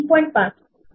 5 4